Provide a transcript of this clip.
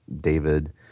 David